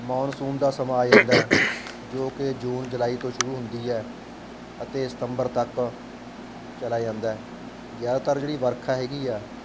monsoon ਦਾ ਸਮਾਂ ਆ ਜਾਂਦਾ ਜੋ ਕਿ ਜੂਨ ਜੁਲਾਈ ਤੋਂ ਸ਼ੁਰੂ ਹੁੰਦੀ ਹੈ ਅਤੇ ਸਤੰਬਰ ਤੱਕ ਚਲਾ ਜਾਂਦਾ ਜ਼ਿਆਦਾਤਰ ਜਿਹੜੀ ਵਰਖਾ ਹੈਗੀ ਆ